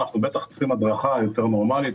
אנחנו צריכים הדרכה יותר נורמלית,